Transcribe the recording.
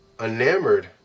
enamored